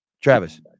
travis